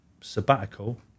sabbatical